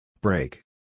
Break